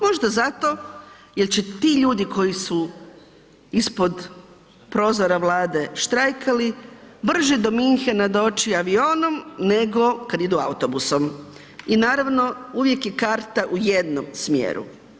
Možda zato jel će ti ljudi koji su ispod prozora Vlade štrajkali brže do Münchena doći avionom, nego kad idu autobusom i naravno uvijek je karta u jednom smjeru.